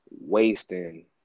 wasting